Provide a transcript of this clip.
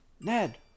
Ned